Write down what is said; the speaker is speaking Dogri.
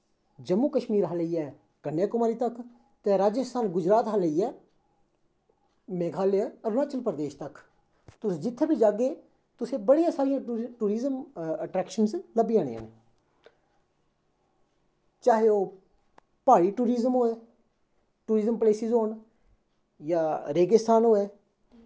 जम्मू कश्मीर शा लेइयै कन्यकमारी तक ते राजस्थान गुजरात शा लेइयै मेघालय अरुणाचल प्रदेश तक तुस जित्थें बी जाह्गे तुसेंगी बड़ी सारियां टूरिज़म अट्रैक्शनस लब्भी जानियां न चाहे ओह् प्हाड़ी टूरिज़म होऐ टूरिज़म प्लेसिस होन जां रेगिस्तान होऐ